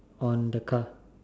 on the car